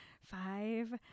Five